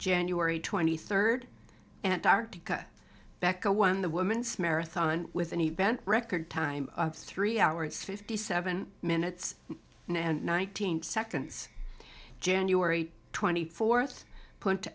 january twenty third antarctica beca won the women's marathon with an event record time of three hours fifty seven minutes and nineteen seconds january twenty fourth put